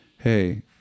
hey